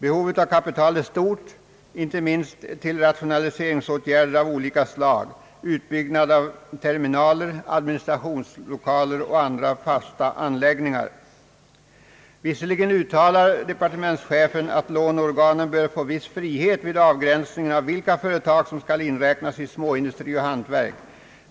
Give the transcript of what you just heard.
Behovet av kapital är stort, inte minst vid rationaliseringsåtgärder av olika slag, utbyggnad av terminaler, administrationslokaler och andra fasta anläggningar. Visserligen uttalar departementschefen att låneorganen bör få en viss frihet vid avgränsningen av vilka företag som skall hänföras till småindustri och hantverk.